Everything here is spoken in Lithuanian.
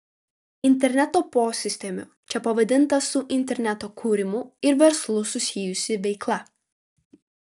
interneto posistemiu čia pavadinta su interneto kūrimu ir verslu susijusi veikla